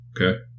Okay